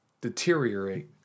Deteriorate